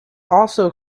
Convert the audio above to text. also